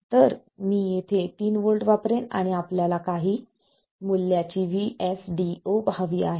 तर मी येथे 3 व्होल्ट वापरेन आणि आम्हाला काही मूल्याची VSD0 हवी आहे